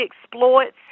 exploits